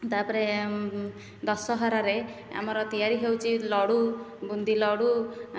ତାପରେ ଦଶହରାରେ ଆମର ତିଆରି ହେଉଛି ଲଡୁ ବୁନ୍ଦି ଲଡୁ